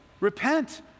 Repent